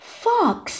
fox，